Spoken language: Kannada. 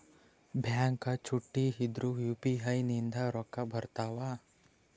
ಬ್ಯಾಂಕ ಚುಟ್ಟಿ ಇದ್ರೂ ಯು.ಪಿ.ಐ ನಿಂದ ರೊಕ್ಕ ಬರ್ತಾವಾ?